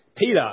Peter